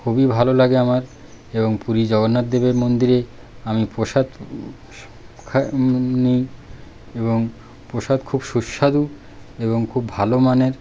খুবই ভালো লাগে আমার এবং পুরী জগন্নাথদেবের মন্দিরে আমি প্রসাদ নিই এবং প্রসাদ খুব সুস্বাদু এবং খুব ভালো মানের